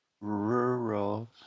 Rural